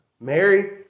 Mary